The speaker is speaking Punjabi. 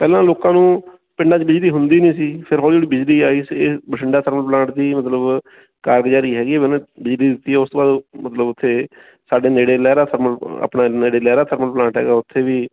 ਪਹਿਲਾਂ ਲੋਕਾਂ ਨੂੰ ਪਿੰਡਾਂ 'ਚ ਬਿਜਲੀ ਹੁੰਦੀ ਨਹੀਂ ਸੀ ਫਿਰ ਹੌਲੀ ਹੌਲੀ ਬਿਜਲੀ ਆਈ ਸੀ ਇਹ ਬਠਿੰਡਾ ਥਰਮਲ ਪਲਾਂਟ ਜੀ ਮਤਲਬ ਕਾਰਗੁਜ਼ਾਰੀ ਹੈਗੀ ਵੀ ਉਹਨੇ ਬਿਜਲੀ ਦਿੱਤੀ ਉਸ ਤੋਂ ਬਾਅਦ ਮਤਲਬ ਉੱਥੇ ਸਾਡੇ ਨੇੜੇ ਲਹਿਰਾ ਥਰਮਲ ਆਪਣਾ ਨੇੜੇ ਲਹਿਰਾ ਥਰਮਲ ਪਲਾਂਟ ਹੈਗਾ ਉੱਥੇ ਵੀ